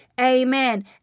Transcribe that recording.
Amen